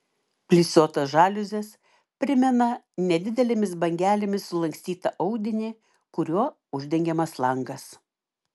plisuotos žaliuzės primena nedidelėmis bangelėmis sulankstytą audinį kuriuo uždengiamas langas